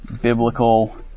biblical